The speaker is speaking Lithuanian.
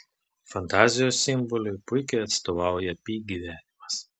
fantazijos simboliui puikiai atstovauja pi gyvenimas